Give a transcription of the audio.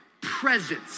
presence